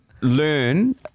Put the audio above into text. learn